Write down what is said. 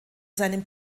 seinem